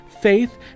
faith